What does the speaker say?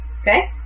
okay